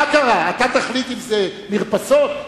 אתה תחליט אם אלה מרפסות?